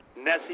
Nessie